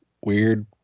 Weird